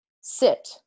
sit